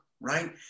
right